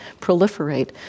proliferate